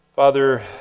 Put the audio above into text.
Father